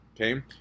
okay